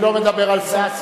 אני לא מדבר על סרסרות,